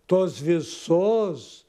tos visos